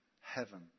Heaven